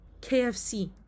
KFC